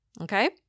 okay